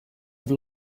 have